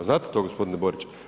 Znate to gospodine Borić?